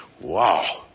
Wow